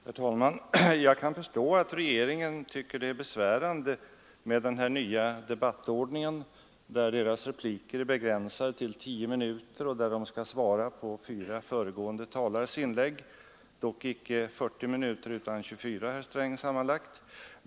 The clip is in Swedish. Herr talman! Jag kan förstå att regeringen tycker att den nya debattordningen är besvärande, där dess repliker är begränsade till 10 minuter och där statsråden skall svara på fyra föregående talares inlägg, dock icke 40 minuter utan sammanlagt 24.